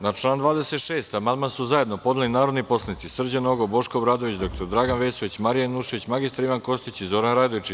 Na član 26. amandman su zajedno podneli narodni poslanici Srđan Nogo, Boško Obradović, dr Dragan Vesović, Marija Janjušević, mr Ivan Kostić i Zoran Radojčić.